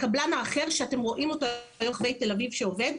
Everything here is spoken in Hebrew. הקבלן האחר שאתם רואים אותו ברחבי תל אביב שעובד,